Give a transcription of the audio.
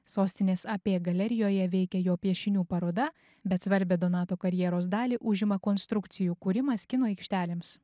sostinės ap galerijoje veikia jo piešinių paroda bet svarbią donato karjeros dalį užima konstrukcijų kūrimas kino aikštelėms